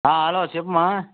hello చెప్మా